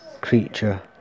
creature